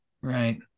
right